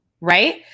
Right